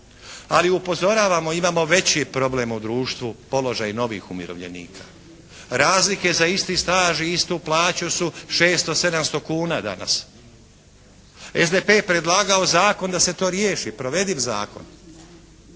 Ali upozoravamo, imamo veći problem u društvu položaj novih umirovljenika, razlike za isti staž i istu plaću su 600-700 kuna danas. SDP je predlagao zakon da se to riješi, provediv zakon.